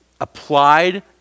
applied